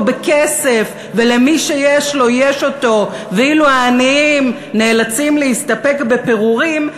בכסף מי שיש להם אותו ואילו העניים נאלצים להסתפק בפירורים,